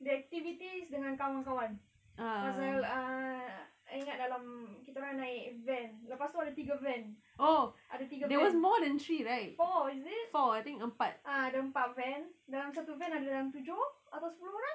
the activities dengan kawan-kawan pasal ah I ingat dalam kita orang naik van lepas tu ada tiga van ada tiga van four is it ah ada empat van dalam satu van ada dalam tujuh atau sepuluh orang